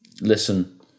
Listen